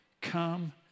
come